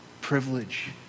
privilege